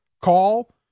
call